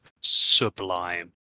sublime